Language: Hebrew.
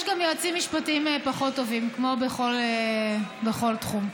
יש גם יועצים משפטיים פחות טובים, כמו בכל תחום.